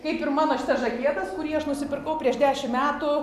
kaip ir mano šita žakėtas kurį aš nusipirkau prieš dešim metų